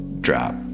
drop